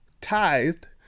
tithed